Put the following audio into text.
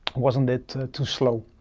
wasn't it too slow?